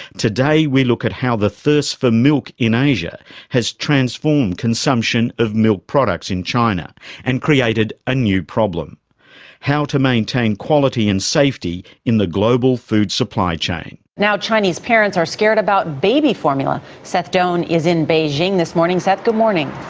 today we look at how the thirst for milk in asia has transformed consumption of milk products in china and created a new problem how to maintain quality and safety in the global food supply chain. now chinese parents are scared about baby formula. seth doane is in beijing this morning. seth, good morning.